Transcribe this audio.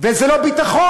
וזה לא ביטחון.